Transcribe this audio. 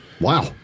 Wow